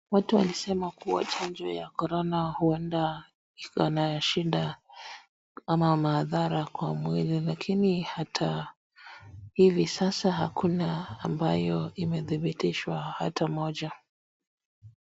Watu walisema kuwa chanjo ya Corona huenda iko na shida ama madhara kwa mwili, lakini hata hivi sasa hakuna ambayo imedhibitishwa hata moja.